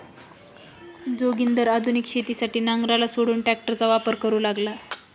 जोगिंदर आधुनिक शेतीसाठी नांगराला सोडून ट्रॅक्टरचा वापर करू लागला